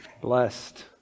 blessed